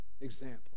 example